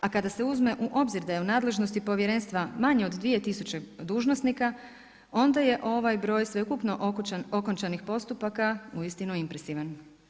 A kada se uzme u obzir da je u nadležnosti Povjerenstva manje od 2 tisuće dužnosnika onda je ovaj broj sveukupno okončanih postupaka uistinu impresivan.